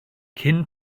cyn